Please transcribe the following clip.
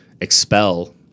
expel